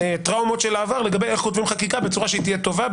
מהטראומות של העבר לגבי איך כותבים חקיקה בצורה שתהיה טובה,